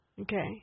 Okay